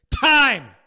time